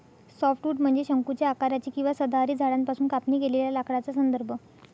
softwood म्हणजे शंकूच्या आकाराचे किंवा सदाहरित झाडांपासून कापणी केलेल्या लाकडाचा संदर्भ